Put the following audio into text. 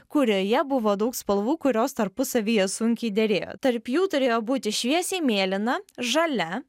kurioje buvo daug spalvų kurios tarpusavyje sunkiai derėjo tarp jų turėjo būti šviesiai mėlyna žalia